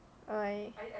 why